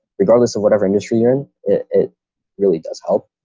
regardless of whatever industry you're in. it really does help.